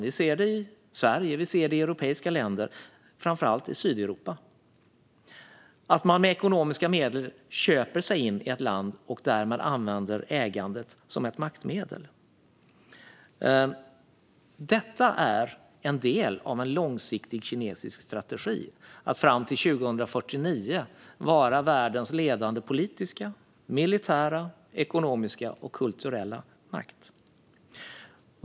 Vi ser i Sverige och i europeiska länder, framför allt i Sydeuropa, att man med ekonomiska medel köper sig in i ett land och därmed använder ägandet som ett maktmedel. Detta är en del av en långsiktig kinesisk strategi att år 2049 vara världens ledande politiska, militära, ekonomiska och kulturella makt.